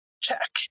check